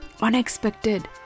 Unexpected